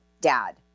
dad